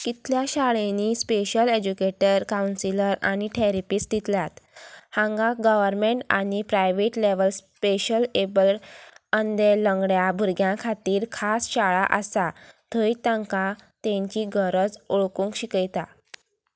कितल्या शाळेंनी special educator counsellor नी थेरपिस्ट दितल्यात हांगा गव्हर्मेंट आनी प्रायवेट लेवल स्पेशल एबल्ड अंदे लंगड्या भुरग्यां खातीर खास शाळा आसा थंय तांकां तेंची गरज ओळखूंक शिकयता